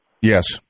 Yes